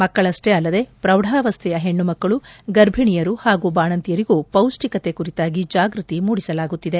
ಮಕ್ಕಳಷ್ಟೇ ಅಲ್ಲದೆ ಪೌಢಾವಸೈಯ ಹೆಣ್ಣುಮಕ್ಕಳು ಗರ್ಭಣಿಯರು ಹಾಗೂ ಬಾಣಂತಿಯರಿಗೂ ಪೌಷ್ಷಿಕತೆ ಕುರಿತಾಗಿ ಜಾಗ್ಬತಿ ಮೂಡಿಸಲಾಗುತ್ತಿದೆ